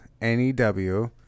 N-E-W